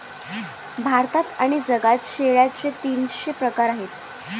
भारतात आणि जगात शेळ्यांचे तीनशे प्रकार आहेत